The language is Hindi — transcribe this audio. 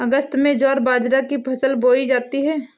अगस्त में ज्वार बाजरा की फसल बोई जाती हैं